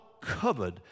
covered